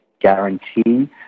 Guarantee